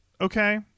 Okay